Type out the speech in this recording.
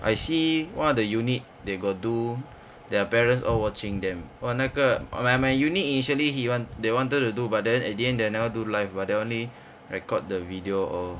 I see one of the the unit they got do their parents all watching them !wah! 那个 like my unit initially he want they wanted to do but then at the end they never do live one they only record the video all